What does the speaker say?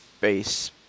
base